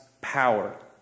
power